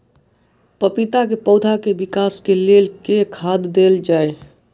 पपीता केँ पौधा केँ विकास केँ लेल केँ खाद देल जाए?